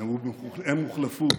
והם הוחלפו.